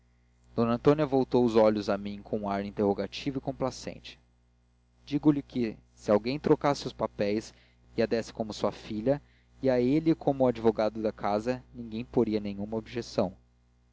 d antônia voltou os olhos a mim com um ar interrogativo e complacente digo-lhe que se alguém trocasse os papéis e a desse como sua filha e a ele como o advogado da casa ninguém poria nenhuma objeção